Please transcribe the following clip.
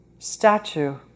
statue